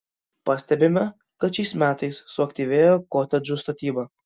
pastebime kad šiais metais suaktyvėjo kotedžų statyba